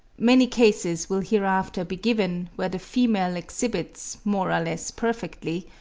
many cases will hereafter be given, where the female exhibits, more or less perfectly,